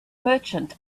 merchant